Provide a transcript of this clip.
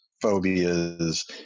phobias